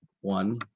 one